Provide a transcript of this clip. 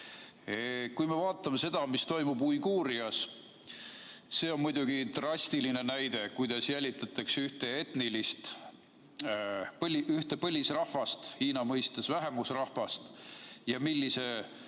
Kui me vaatame seda, mis toimub Uiguurias, siis näeme – see on muidugi drastiline näide –, kuidas jälitatakse ühte etnilist põlisrahvast, Hiina mõistes vähemusrahvast, ja millise